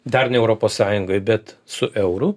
dar ne europos sąjungoj bet su euru